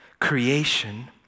Creation